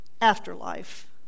afterlife